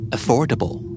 Affordable